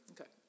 Okay